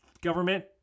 Government